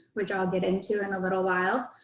which i'll get into in a little while.